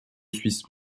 suisse